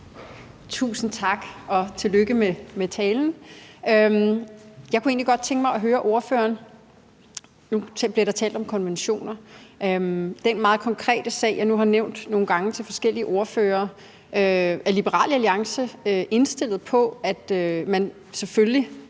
Tusind tak, og tillykke med talen. Jeg kunne egentlig godt tænke mig at høre ordføreren om noget. Nu bliver der talt om konventioner, og i forbindelse med den meget konkrete sag, jeg nu har nævnt nogle gange over for forskellige ordførere, er Liberal Alliance så indstillet på, at man selvfølgelig